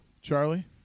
Charlie